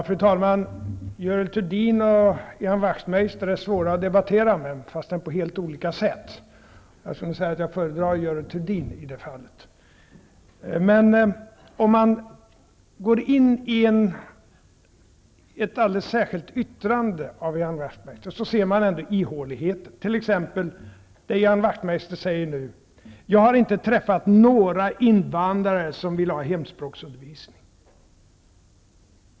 Fru talman! Görel Thurdin och Ian Wachtmeister är svåra att debattera med, men på helt olika sätt. Jag föredrar Görel Thurdin i det fallet. Om man går in i ett alldeles särskilt yttrande av Ian Wachtmeister ser man ihåligheten, t.ex. när Ian Wachtmeister nu säger att han inte har träffat några invandrare som vill ha hemspråksundervisning.